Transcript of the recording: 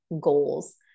goals